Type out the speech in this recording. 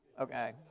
Okay